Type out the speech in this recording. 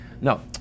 no